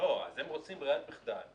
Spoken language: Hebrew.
--- אז הם רוצים ברירת מחדל.